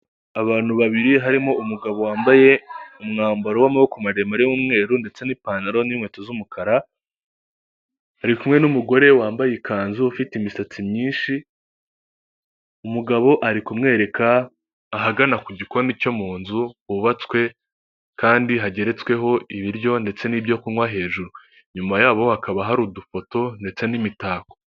Abantu babiri harimo umugabo wambaye umwambaro w'amaboko maremare w'umweru ndetse n'ipantaro n'inkweto z'umukara bari kumwe n'umugore wambaye ikanzu ufite imisatsi myinshi, umugabo ari kumwereka ahagana ku gikoni cyo mu nzu hubatswe kandi hageretsweho ibiryo ndetse n'ibyo kunywa hejuru nyuma yaho hakaba hari udufoto ndetse n'imitako.